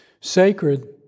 Sacred